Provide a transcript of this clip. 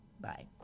Bye